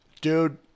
dude